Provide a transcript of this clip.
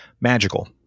magical